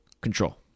control